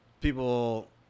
People